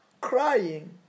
crying